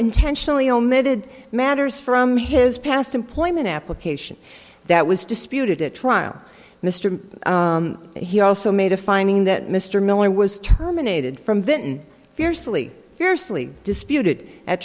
intentionally omitted matters from his past employment application that was disputed at trial mister he also made a finding that mr miller was terminated from vinton fiercely fiercely disputed at